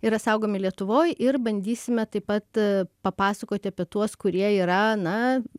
yra saugomi lietuvoj ir bandysime taip pat papasakoti apie tuos kurie yra na